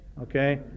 Okay